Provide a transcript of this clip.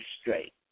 straight